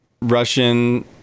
Russian